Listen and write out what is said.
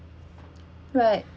right